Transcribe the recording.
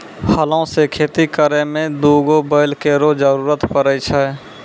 हलो सें खेती करै में दू गो बैल केरो जरूरत पड़ै छै